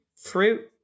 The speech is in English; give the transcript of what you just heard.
Fruit